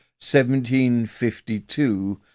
1752